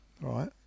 Right